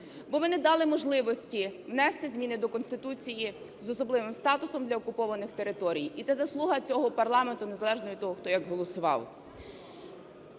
бо ми не дали можливості внести зміни до Конституції з особливим статусом для окупованих територій. І це заслуга цього парламенту незалежно від того, хто як голосував.